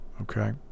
okay